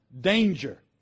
danger